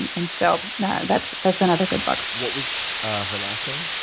and and so that's that's another good book. what was her last name?